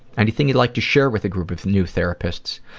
anything you'd like to share with a group of new therapists?